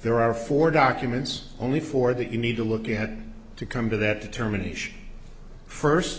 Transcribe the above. there are four documents only four that you need to look you had to come to that determination first